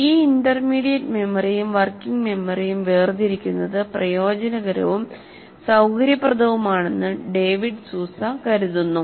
ഈ ഇന്റർമീഡിയറ്റ് മെമ്മറിയും വർക്കിംഗ് മെമ്മറിയും വേർതിരിക്കുന്നത് പ്രയോജനകരവും സൌകര്യപ്രദവുമാണെന്ന് ഡേവിഡ് സൂസ കരുതുന്നു